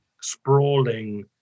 sprawling